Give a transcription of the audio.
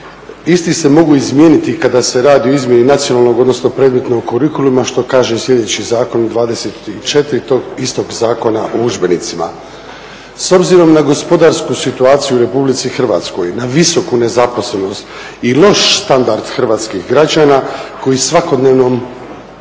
Isti se mogu izmijeniti kada se radi o izmjeni nacionalnog odnosno predmetnog kurikuluma što kaže i sljedeći zakon 24.tog istog Zakona o udžbenicima. S obzirom na gospodarsku situaciju u RH na visoku nezaposlenost i loš standard hrvatskih građana koji svakodnevnom